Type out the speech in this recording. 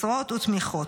משרות ותמיכות.